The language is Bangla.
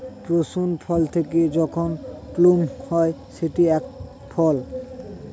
প্রুনস ফল পেকে যখন প্লুম হয় সেটি এক ফল